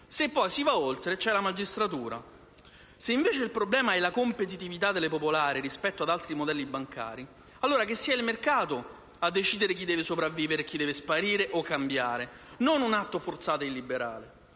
Se poi si va oltre, c'è la magistratura. Se invece il problema è la competitività delle banche popolari rispetto ad altri modelli bancari, allora che sia il mercato a decidere chi deve sopravvivere e chi deve sparire o cambiare e non già un atto forzato e illiberale.